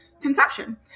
conception